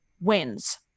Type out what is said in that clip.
wins